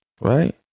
Right